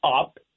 up